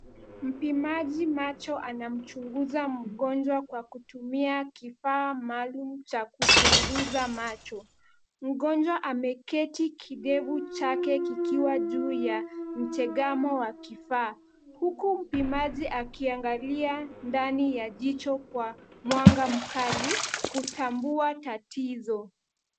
Mpimaji macho anamchunguza mgonjwa kwa kutumia kifaa maalum cha kuchunguza macho. Mgonjwa ameketi kidevu chake kikiwa juu ya mtegamo wa kifaa huku mpimaji akiangalia ndani ya jicho kwa mwanga mkali kutambua tatizo.